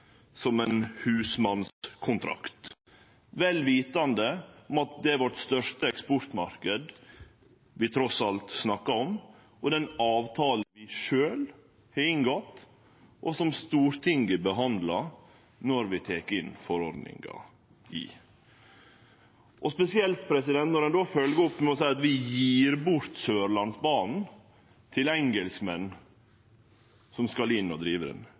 som ein husmannskontrakt – vel vitande om at det trass i alt er den største eksportmarknaden vår vi snakkar om – når det er ein avtale vi sjølv har inngått, og som Stortinget behandlar når vi tek inn forordningar i, spesielt når ein følgjer opp med å seie at vi «gir bort» Sørlandsbanen til engelskmenn som skal inn og drive.